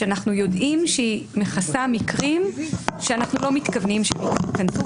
כשאנחנו יודעים שהיא מכסה מקרים שאנחנו לא מתכוונים שייכנסו,